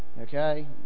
okay